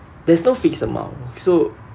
there's no fixed amount so